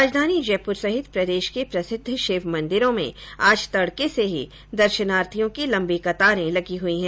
राजधानी जयपुर सहित प्रदेश को प्रसिद्व शिव मन्दिरों में आज तड़के से ही दर्शनार्थियों की लम्बी कतारें लगी हुई हैं